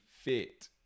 fit